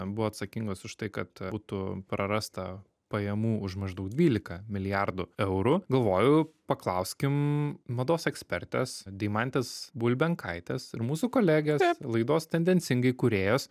buvo atsakingos už tai kad būtų prarasta pajamų už maždaug dvylika milijardų eurų galvoju paklauskim mados ekspertės deimantės bulbenkaitės ir mūsų kolegės laidos tendencingai kūrėjos